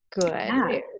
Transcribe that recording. good